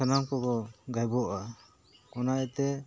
ᱥᱟᱱᱟᱢ ᱠᱚᱠᱚ ᱜᱟᱭᱮᱵᱚᱜᱼᱟ ᱚᱱᱟ ᱮᱛᱮ